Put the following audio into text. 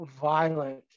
violent